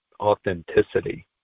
authenticity